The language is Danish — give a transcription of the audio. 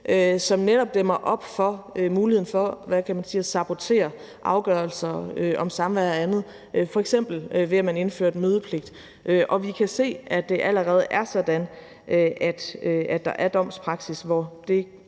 som netop dæmmer op for muligheden for at sabotere afgørelser om samvær og andet, f.eks. ved at man indførte mødepligt. Vi kan se, at det allerede er sådan, at der er domspraksis, hvor det